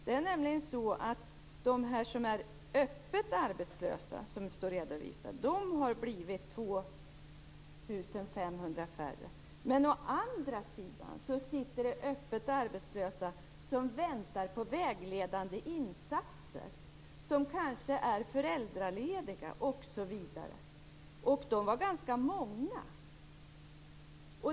Det är nämligen så att de öppet arbetslösa som finns redovisade har blivit 2 500 färre. Å andra sidan finns det öppet arbetslösa som väntar på vägledande insatser, som kanske är föräldralediga osv. De är ganska många.